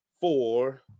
four